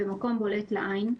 במקום בולט לעין,